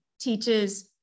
teaches